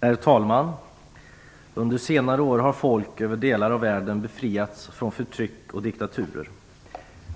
Herr talman! Under senare år har folk över delar av världen befriats från förtryck och diktaturer.